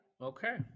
Okay